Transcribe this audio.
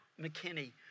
McKinney